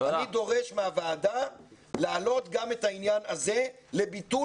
אני דורש מהוועדה להעלות גם את העניין הזה לביטול